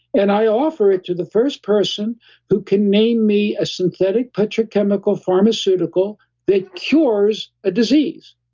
and i offer it to the first person who can name me a synthetic petrochemical pharmaceutical that cures a disease.